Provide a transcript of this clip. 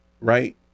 right